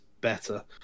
better